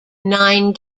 nine